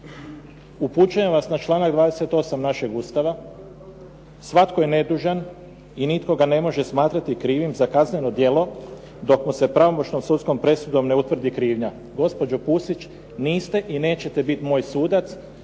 Upućujem vas na članak 28. našeg Ustava "Svatko je nedužan i nitko ga ne može smatrati krivim za kazneno djelo dok mu se pravomoćnom sudskom presudom ne utvrdi krivnja.". Gospođo Pusić, niste i nećete biti moj sudac.